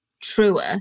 truer